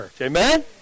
Amen